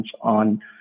on